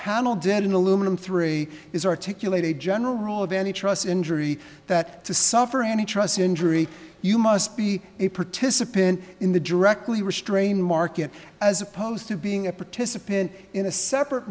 panel did in aluminum three is articulate a general rule of any trus injury that to suffer any trust injury you must be a participant in the directly restrain market as opposed to being a participant in a separate